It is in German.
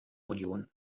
union